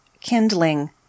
kindling